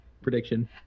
prediction